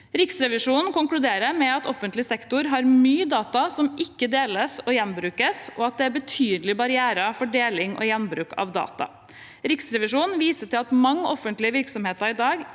Riksrevisjonen konkluderer med at offentlig sektor har mye data som ikke deles og gjenbrukes, og at det er betydelige barrierer for deling og gjenbruk av data. Riksrevisjonen viser til at mange offentlige virksomheter i dag